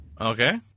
Okay